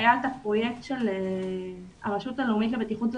היה הפרויקט של הרשות הלאומית לבטיחות בדרכים,